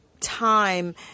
time